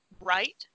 right